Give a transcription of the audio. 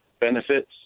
benefits